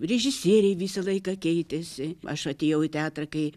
režisieriai visą laiką keitėsi aš atėjau į teatrą kai